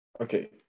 Okay